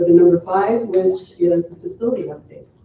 number five, which is a facility update.